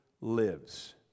lives